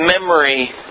memory